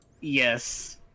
Yes